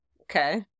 Okay